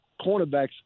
cornerbacks